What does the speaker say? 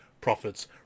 profits